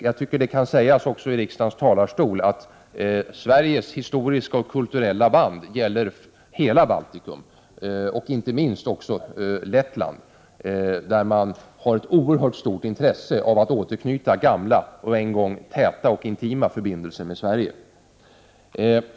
Jag tycker att det kan sägas också i riksdagens talarstol att Sveriges historiska och kulturella band gäller hela Baltikum — inte minst Lettland, där det finns ett oerhört stort intresse för att återuppta gamla och en gång täta och intima förbindelser med Sverige.